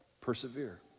persevere